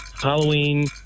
Halloween